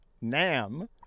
Nam